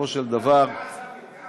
בסופו של דבר, אנחנו בעד, דוד, אנחנו בעד.